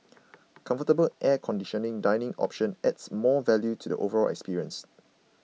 comfortable air conditioning dining option adds more value to the overall experience